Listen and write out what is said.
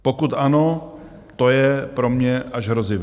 Pokud ano, to je pro mě až hrozivé.